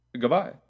goodbye